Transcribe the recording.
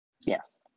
Yes